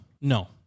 no